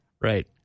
Right